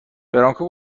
برانکو